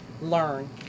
learn